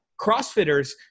crossfitters